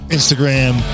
Instagram